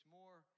more